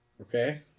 Okay